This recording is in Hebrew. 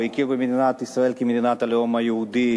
והכיר במדינת ישראל כמדינת הלאום היהודי,